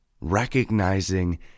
recognizing